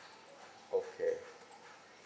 okay